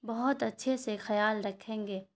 بہت اچھے سے خیال رکھیں گے